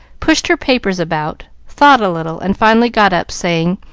pushed her papers about, thought a little, and finally got up, saying,